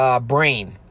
brain